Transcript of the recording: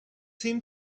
seem